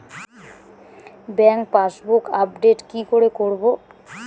Bank passbook update কি করে করবো?